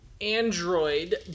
Android